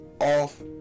off